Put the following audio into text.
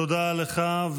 תודה לך.